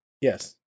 Yes